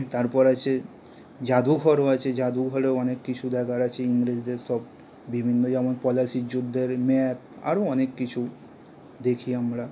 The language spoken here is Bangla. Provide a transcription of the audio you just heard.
তারপর আছে জাদুঘরও আছে জাদুঘরেও অনেক কিছু দেখার আছে ইংরেজদের সব বিভিন্ন যেমন পলাশীর যুদ্ধের ম্যাপ আরও অনেক কিছু দেখি আমরা